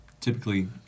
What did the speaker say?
Typically